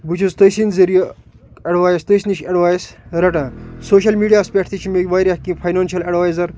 بہٕ چھُس تٔسۍ سٕنٛدۍ ذٔریعہِ اٮ۪ڈوایِس تٔسۍ نِش اٮ۪ڈوایِس رَٹان سوشَل میٖڈیاہَس پٮ۪ٹھ تہِ چھِ مےٚ واریاہ کیٚنہہ فاینانشَل اٮ۪ڈوایزَر